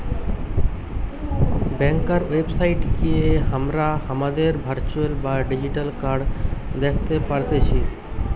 ব্যাংকার website গিয়ে হামরা হামাদের ভার্চুয়াল বা ডিজিটাল কার্ড দ্যাখতে পারতেছি